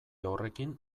horrekin